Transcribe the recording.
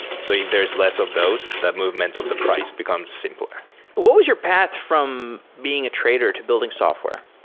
so if there is less of those, the movement of the price becomes simpler what was your path from being a trader to building software?